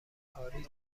کاری